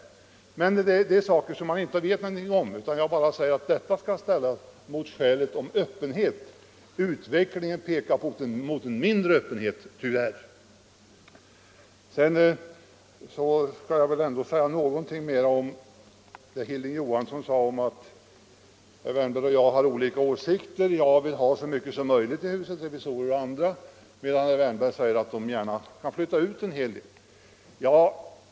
Hur det blir i detta avseende i framtiden vet vi som sagt ingenting om, men jag har velat understryka att dessa förhållanden bör ställas mot skälet om öppenhet. Utvecklingen pekar tyvärr mot en mindre öppenhet. Jag återkommer till det herr Johansson i Trollhättan sade om att han och jag har olika åsikter: han vill ha så mycket som möjligt i huset —- revisorerna och andra organ — medan jag skulle vilja flytta ut en hel del funktioner.